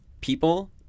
people